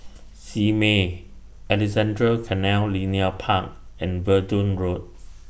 Simei Alexandra Canal Linear Park and Verdun Road